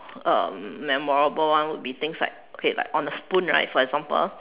um memorable one will be things like okay on the spoon right for example